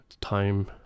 time